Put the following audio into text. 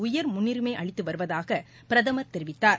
உயர் முன்னுரிமை அளித்து வருவதாக பிரதமர் தெரிவித்தார்